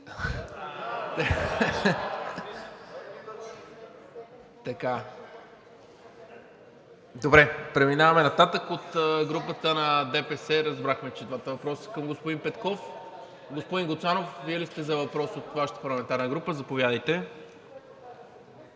Добре, преминаваме нататък. От ДПС – разбрахме, че двата въпроса са към господин Петков. Господин Гуцанов, Вие ли сте с въпрос от Вашата парламентарната група? Заповядайте.